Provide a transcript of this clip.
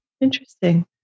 Interesting